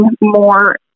more